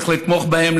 צריך לתמוך בהם,